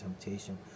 temptation